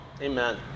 Amen